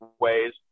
ways